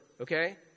Okay